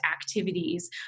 activities